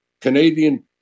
Canadian